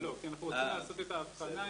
כי אנחנו רוצים לעשות את האבחנה.